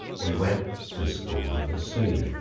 we went to school in the sea.